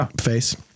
face